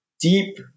deep